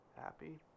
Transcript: happy